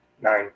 Nine